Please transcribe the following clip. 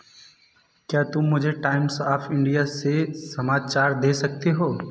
क्या तुम मुझे टाइम्स आफ इंडिया से समाचार दे सकते हो